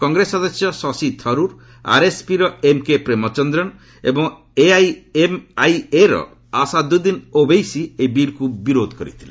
କଂଗ୍ରେସ ସଦସ୍ୟ ଶଶି ଥରୁର୍ ଆର୍ଏସ୍ପିର ଏମ୍କେ ପ୍ରେମଚନ୍ଦ୍ରନ୍ ଏବଂ ଏଆଇଏମ୍ଆଇଏର ଅସାଦ୍ରଦ୍ଦିନ ଓବୈସି ଏହି ବିଲ୍କୁ ବିରୋଧ କରିଥିଲେ